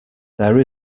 there